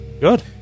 Good